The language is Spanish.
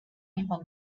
mismo